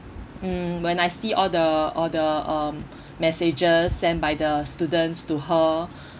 mm when I see all the all the um messages sent by the students to her